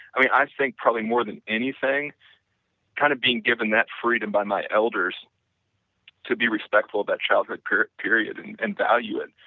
i mean i think probably more than anything kind of being given that freedom by my elders to be respectful about childhood period period and and value it,